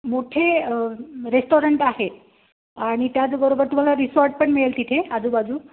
मोठे रेस्टॉरंट आहे आणि त्याचबरोबर तुम्हाला रिसॉर्ट पण मिळेल तिथे आजूबाजू